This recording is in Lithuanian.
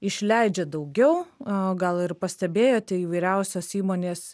išleidžia daugiau a gal ir pastebėjote įvairiausios įmonės